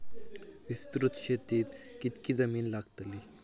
विस्तृत शेतीक कितकी जमीन लागतली?